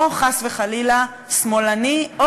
או, חס וחלילה, שמאלני או